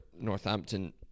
Northampton